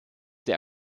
der